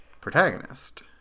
protagonist